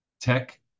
Tech